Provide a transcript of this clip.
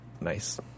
Nice